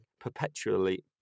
perpetually